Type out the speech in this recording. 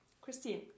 Christine